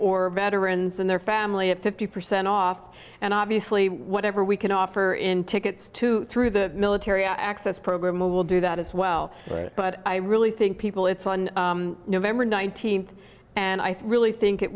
or veterans and their family at fifty percent off and obviously whatever we can offer in tickets to through the military access program will do that as well but i really think people it's on november nineteenth and i think really think it